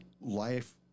life